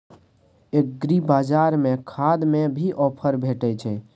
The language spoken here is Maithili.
एग्रीबाजार में खाद में भी ऑफर भेटय छैय?